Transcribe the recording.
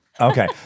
Okay